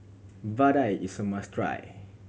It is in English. Vadai is a must try